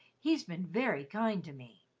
he's been very kind to me.